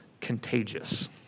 contagious